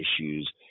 issues